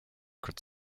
could